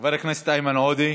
חבר הכנסת איימן עודה,